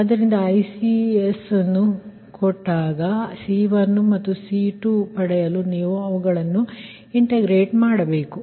ಆದ್ದರಿಂದ ICs ಗಳನ್ನು ಕೊಟ್ಟಾಗ C1 ಮತ್ತು C2 ಪಡೆಯಲು ನೀವು ಅವುಗಳನ್ನು ಇಂಟಿಗ್ರೇಟ ಮಾಡಬೇಕು